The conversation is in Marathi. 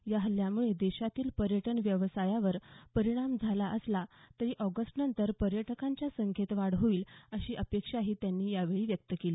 या हल्ल्यांमुळे देशातील पर्यटन व्यवसायावर परिणाम झाला असला तरी ऑगस्टनंतर पर्यटकांच्या संख्येत वाढ होईल अशी अपेक्षाही त्यांनी यावेळी व्यक्त केली